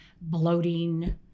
bloating